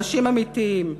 אנשים אמיתיים.